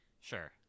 sure